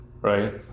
right